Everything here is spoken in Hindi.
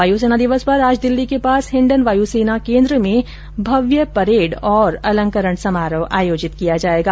वायुसेना दिवस पर आज दिल्ली के पास हिण्डन वायुसेना केन्द्र में भव्य परेड और अलंकरण समारोह आर्योजित किया जाएगा